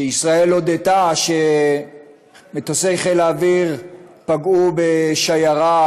שישראל הודתה שמטוסי חיל האוויר פגעו בשיירה